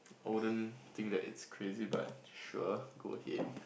I wouldn't think that it's crazy but sure go ahead